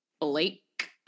Blake